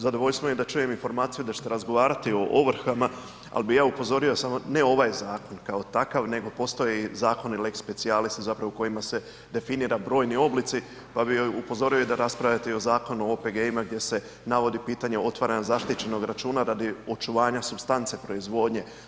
Zadovoljstvo mi je da čujem informaciju da ćete razgovarati o ovrhama, ali ja bi upozorio samo, ne ovaj zakon kao takav nego postoje zakoni lex specialis u kojima se definira brojni oblici pa bi upozorio da raspravljate i o Zakonu o OPG-ima gdje se navodi pitanje otvaranja zaštićenog računa radi očuvanja supstance proizvodnje.